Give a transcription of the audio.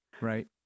Right